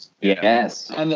Yes